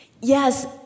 yes